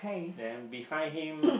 then behind him